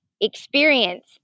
experience